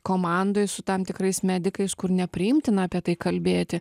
komandoj su tam tikrais medikais kur nepriimtina apie tai kalbėti